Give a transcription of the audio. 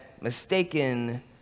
mistaken